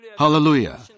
Hallelujah